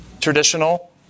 traditional